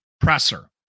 presser